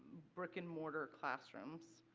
brick and mortar classrooms.